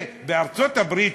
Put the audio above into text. בארצות-הברית,